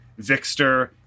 Vixter